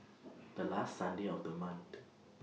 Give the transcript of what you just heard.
The last Sunday of The month